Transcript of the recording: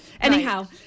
Anyhow